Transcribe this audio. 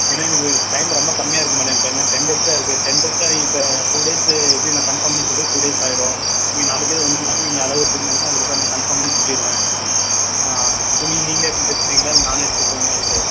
ஏன்னா எனக்கு வேறு டைம் ரொம்ப கம்மியாக இருக்குது மேடம் இப்போ இன்னும் டென் டேஸ் தான் இருக்குது டென் டேஸில் இப்போ டூ டேஸ்ஸு எப்படியும் நான் கன்ஃபார்ம் பண்ணி சொல்ல டூ டேஸ் ஆகிடும் நீங்கள் நாளைக்கே வந்தீங்கனாலும் நீங்கள் அளவு எடுத்தீங்கனாக்கா அதுக்கப்புறம் நான் கன்ஃபார்ம் பண்ணி சொல்லிடுவேன் துணி நீங்களே எடுத்து தைச்சுருவீங்களா இல்லை நானே எடுத்துப்பீங்களான்ட்டு